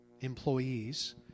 employees